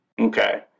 Okay